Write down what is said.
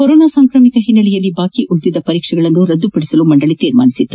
corona ಸಾಂಕ್ರಾಮಿಕದ ಹಿನ್ನೆಲೆಯಲ್ಲಿ ಬಾಕಿ ಉಳಿದಿದ್ದ ಪರೀಕ್ಷೆಗಳನ್ನು ರದ್ದುಪಡಿಸಲು ಮಂಡಳಿ ನಿರ್ಧರಿಸಿತ್ತು